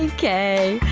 and k.